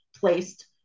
placed